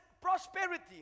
prosperity